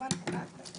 כמובן פוגעת בהם.